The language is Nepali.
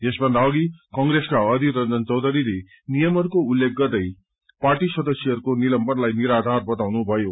यसभन्दा अघि कंगेसका अधीर रंजन चोधरीले नियमहरूको उल्लेख गर्दै पार्टी सदस्यहरूको विलम्बनलाई निराधार बताउनु भयो